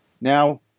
now